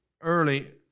early